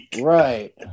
Right